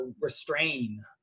restrain